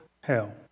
hell